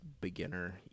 beginner